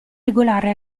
regolare